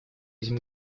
этим